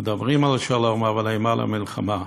מדברים על שלום, אבל המה למלחמה.